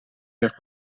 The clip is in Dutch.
werd